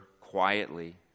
quietly